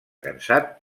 cansat